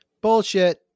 Bullshit